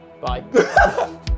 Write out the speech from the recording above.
bye